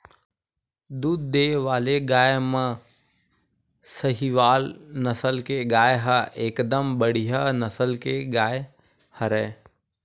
दूद देय वाले गाय म सहीवाल नसल के गाय ह एकदम बड़िहा नसल के गाय हरय